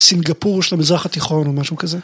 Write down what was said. סינגפור של המזרח התיכון או משהו כזה.